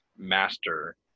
master